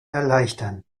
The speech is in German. erleichtern